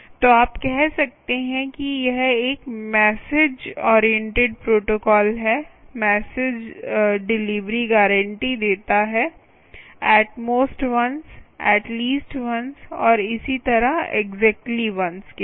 तो आप कह सकते हैं कि यह एक मैसेज ओरिएंटेड प्रोटोकॉल है मैसेज डिलीवरी गारण्टी देता है at most once at least once और इसी तरह एक्साक्ट्ली वन्स के साथ